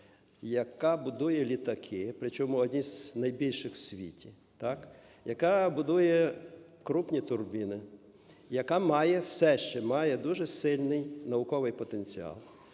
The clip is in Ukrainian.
яка будує літаки, причому одні з найбільших в світі, так, яка будує крупні турбіни, яка має, все ще має дуже сильний науковий потенціал